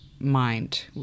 mind